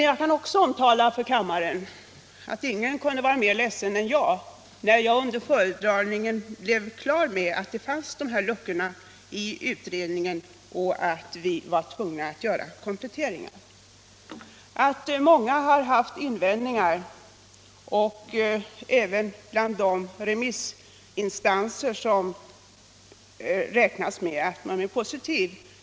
Jag kan också omtala för kammaren, att ingen kunde vara mera ledsen än jag när jag under föredragningen blev klar över att dessa luckor fanns i utredningen och att vi var tvungna att göra kompletteringar. Många har haft invändningar, även bland de remissinstanser som man räknar med är positiva.